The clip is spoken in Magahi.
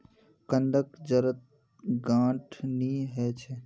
कंद जड़त गांठ नी ह छ